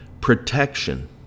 protection